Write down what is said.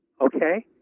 Okay